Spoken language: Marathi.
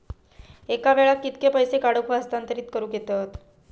एका वेळाक कित्के पैसे काढूक व हस्तांतरित करूक येतत?